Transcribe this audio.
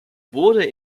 wurde